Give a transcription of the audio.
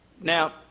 Now